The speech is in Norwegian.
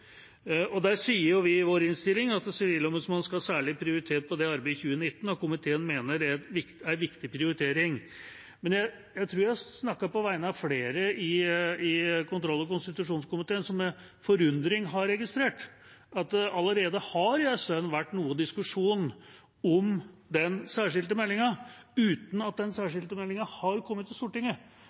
sier i vår innstilling at Sivilombudsmannen skal prioritere dette arbeidet særlig i 2019, og at komiteen mener det er en viktig prioritering. Men jeg tror jeg snakker på vegne av flere i kontroll- og konstitusjonskomiteen når jeg sier at jeg med forundring har registrert at det allerede en stund har vært noe diskusjon om den særskilte meldinga – uten at den særskilte meldinga har kommet til Stortinget